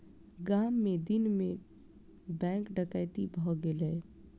गाम मे दिन मे बैंक डकैती भ गेलै